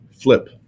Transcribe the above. flip